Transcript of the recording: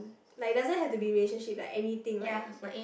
like doesn't have to be relationships like anything right